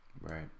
right